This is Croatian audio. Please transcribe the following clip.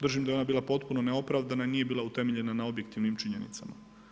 Držim da je ona bila potpuno neopravdana i nije bila utemeljena na objektivnim činjenicama.